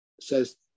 says